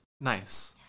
Nice